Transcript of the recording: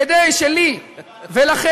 כדי שלי ולכם